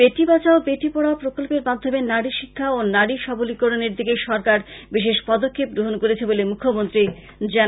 বেটী বাচাও বেটী পড়াও প্রকল্পের মাধ্যামে নারী শিক্ষা ও নারী সবলীকরনের দিকে সরকার বিশেষ পদক্ষেপ গ্রহন করেছে বলে মুখ্যমন্ত্রী জানান